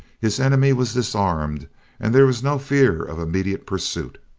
his enemy was disarmed and there was no fear of immediate pursuit.